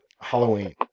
Halloween